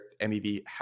MEV